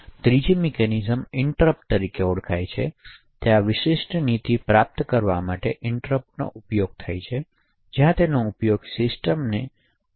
તેથી ત્રીજી mechanism interrupts તરીકે ઓળખાય છે તેથી આ વિશિષ્ટ નીતિ પ્રાપ્ત કરવા માટે ઈંટરપટનો ઉપયોગ થાય છે જ્યાં તેનો ઉપયોગ સિસ્ટમને હોગિંગથી અટકાવવા માટે થઈ શકે છે